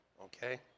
okay